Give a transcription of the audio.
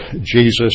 Jesus